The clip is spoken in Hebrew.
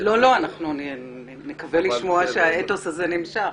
נקווה לשמוע שהאתוס הזה נמשך.